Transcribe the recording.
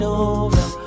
over